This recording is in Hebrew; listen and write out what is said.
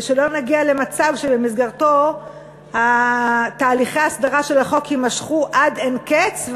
ושלא נגיע למצב שבמסגרתו תהליכי ההסדרה של החוק יימשכו עד אין קץ,